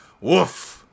Woof